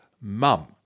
mum